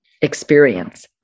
experience